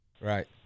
Right